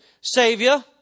saviour